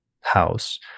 house